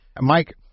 Mike